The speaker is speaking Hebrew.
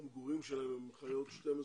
המגורים שלהן, הן חיות 12